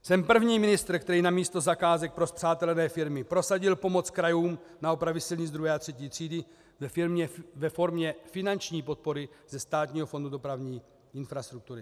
Jsem první ministr, který namísto zakázek pro spřátelené firmy prosadil pomoc krajům na opravy silnic II. a III. třídy ve formě finanční podpory ze Státního fondu dopravní infrastruktury.